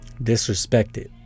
disrespected